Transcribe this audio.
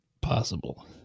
possible